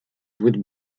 with